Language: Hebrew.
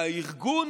הארגון